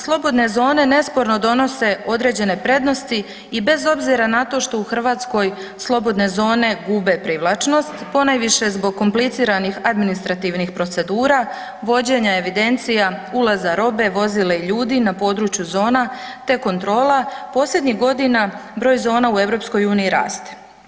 Slobodne zone nesporno donose određene prednosti i bez obzira na to što u Hrvatskoj slobodne zone gube privlačnost, ponajviše zbog kompliciranih administrativnih procedura, vođenja evidencija, ulaza robe, vozila i ljudi na području zona te kontrola, posljednjih godina broj zona u EU raste.